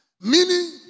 Meaning